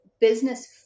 business